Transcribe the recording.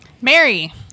Mary